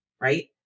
right